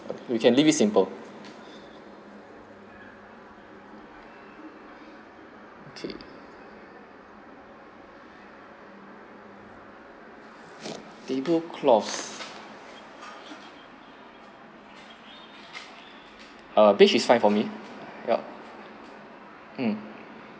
we can leave it simple okay table cloth this is fine for me yup mm